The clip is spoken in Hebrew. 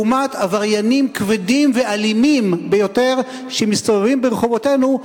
לעומת עבריינים כבדים ואלימים ביותר שמסתובבים ברחובותינו,